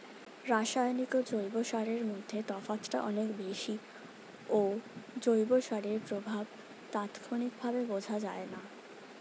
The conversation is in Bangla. রাসায়নিক ও জৈব সারের মধ্যে তফাৎটা অনেক বেশি ও জৈব সারের প্রভাব তাৎক্ষণিকভাবে বোঝা যায়না